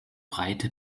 breite